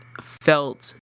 felt